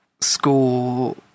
school